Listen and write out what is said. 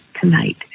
tonight